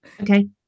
Okay